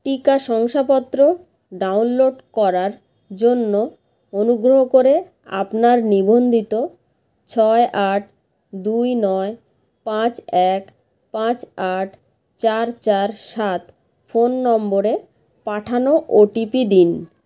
টিকা শংসাপত্র ডাউনলোড করার জন্য অনুগ্রহ করে আপনার নিবন্ধিত ছয় আট দুই নয় পাঁচ এক পাঁচ আট চার চার সাত ফোন নম্বরে পাঠানো ওটিপি দিন